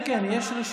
כן, כן, יש רשימה.